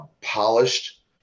polished